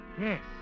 Yes